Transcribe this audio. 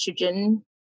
estrogen